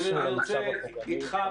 אני רוצה אתך,